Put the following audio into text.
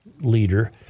leader